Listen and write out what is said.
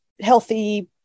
healthy